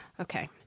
Okay